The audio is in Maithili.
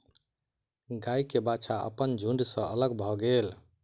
गाय के बाछा अपन झुण्ड सॅ अलग भअ गेल